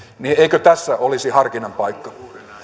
niin eikö tässä olisi harkinnan paikka